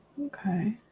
Okay